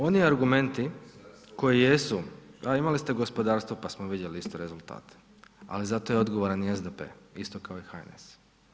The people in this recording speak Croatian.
Oni argumenti koji jesu, … [[Upadica iz klupe se ne razumije]] a imali ste gospodarstvo pa smo vidjeli isto rezultate, ali zato je odgovoran i SDP isto kao i HNS.